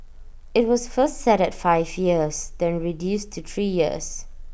IT was first set at five years then reduced to three years